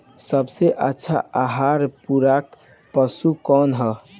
सबसे अच्छा आहार पूरक पशु कौन ह?